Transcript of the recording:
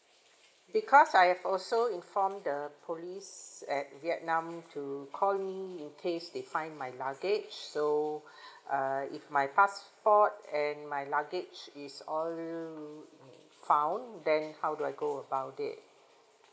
because I have also inform the police at vietnam to call me in case they find my luggage so uh if my passport and my luggage is all mm found then how do I go about it